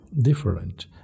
different